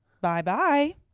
bye-bye